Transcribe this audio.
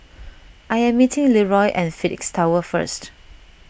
I am meeting Leeroy at Phoenix Tower first